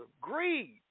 greed